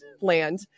land